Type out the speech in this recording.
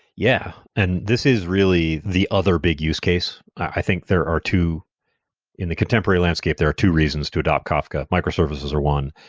yeah and this is really the other big use case. i think there are two in the contemporary landscape, there are two reasons to adopt kafka. microservices are one.